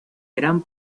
gran